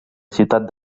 ciutat